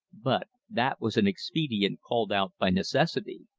but that was an expedient called out by necessity.